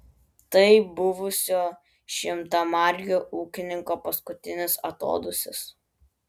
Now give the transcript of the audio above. tai buvusio šimtamargio ūkininko paskutinis atodūsis